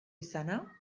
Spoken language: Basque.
izana